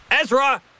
Ezra